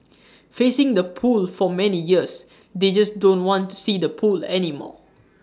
facing the pool for many years they just don't want to see the pool anymore